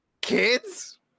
Kids